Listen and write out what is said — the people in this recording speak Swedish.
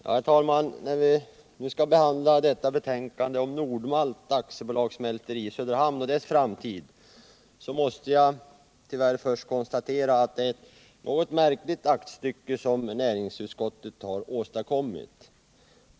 Herr talman! När vi nu skall behandla detta betänkande om Nord-Malt AB:s mälteri i Söderhamn och dess framtid, måste jag tyvärr först konstatera att det är ett något märkligt aktstycke som näringsutskottet har åstadkommit.